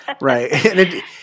Right